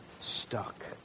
stuck